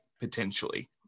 potentially